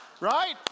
Right